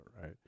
right